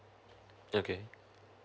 okay